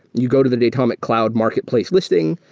you go to the datomic cloud marketplace listing.